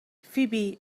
فیبی